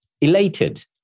elated